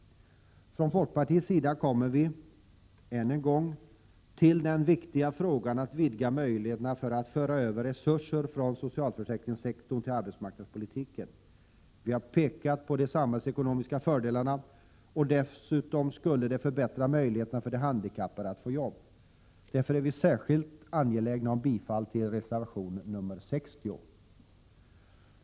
Folkpartiet återkommer, än en gång, till den viktiga frågan om att vidga möjligheterna att föra över resurser från socialförsäkringssektorn till arbetsmarknadspolitiken. Vi har pekat på de samhällsekonomiska fördelarna. Dessutom skulle det förbättra möjligheterna för de handikappade att få arbete. Därför är vi särskilt angelägna om bifall till reservation 60.